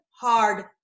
hard